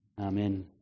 amen